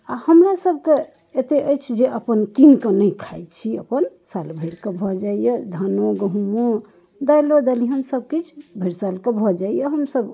आओर हमरा सबके एते अछि जे अपन कीनकऽ नहि खाइ छी अपन साल भरिके भऽ जाइए धानो गहुमो दालियो दलिहन सब किछु भरि सालके भऽ जाइए हमसब